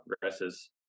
progresses